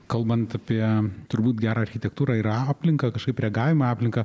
kalbant apie turbūt gerą architektūrą ir aplinką kažkaip reagavimą į aplinką